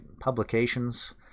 Publications